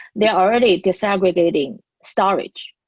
they're already disaggregating storage.